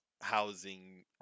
housing